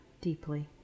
deeply